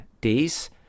days